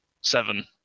Seven